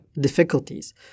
difficulties